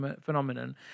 phenomenon